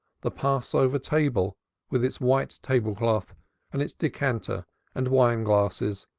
the passover table with its white table-cloth and its decanter and wine-glasses,